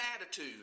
attitude